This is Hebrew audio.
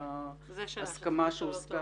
זה צריך לשאול אותו.